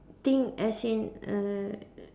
think as in err